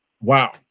Wow